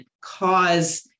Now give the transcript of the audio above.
cause